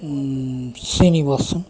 Srinivasan